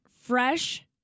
fresh